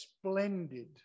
Splendid